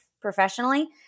professionally